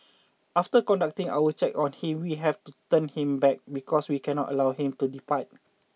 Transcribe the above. after conducting our check on him we have to turn him back because we cannot allow him to depart